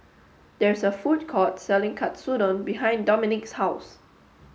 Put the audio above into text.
there is a food court selling Katsudon behind Dominik's house